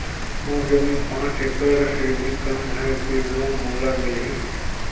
मोर जमीन पांच एकड़ से भी कम है फिर लोन मोला मिलही?